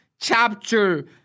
Chapter